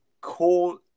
call